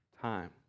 time